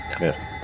yes